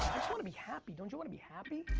wanna be happy. don't you wanna be happy?